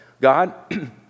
God